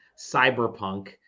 Cyberpunk